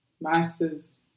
master's